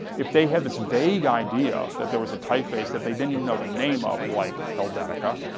if they had this vague idea that there was a typeface that they didn't even know the name of, like helvetica,